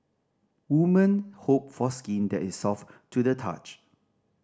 women hope for skin that is soft to the touch